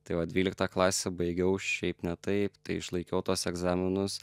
tai va dvyliktą klasę baigiau šiaip ne taip išlaikiau tuos egzaminus